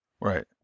Right